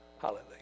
Hallelujah